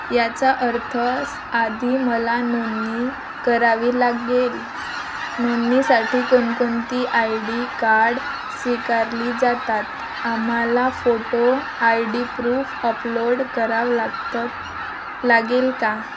याचा अर्थ आधी मला नोंदणी करावी लागेल नोंदणीसाठी कोणकोणती आय डी कार्ड स्वीकारली जातात आम्हाला photo I D proof upload कराव लागतं लागेल का